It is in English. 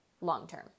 long-term